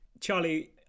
Charlie